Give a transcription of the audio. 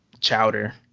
Chowder